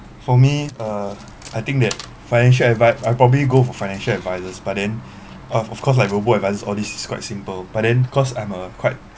for me uh I think that financial advi~ I probably go for financial advisers but then uh of course like robo advisor all this is quite simple but then cause I'm a quite